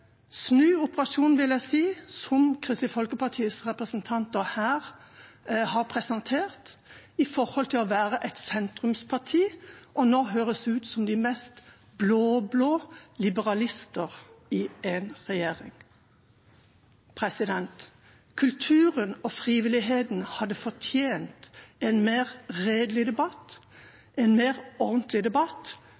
snuoperasjonen, vil jeg si, som Kristelig Folkepartis representanter her har presentert som sentrumsparti, for nå høres de ut som de mest blå-blå liberalistene i regjeringa. Kulturen og frivilligheten hadde fortjent en mer redelig debatt,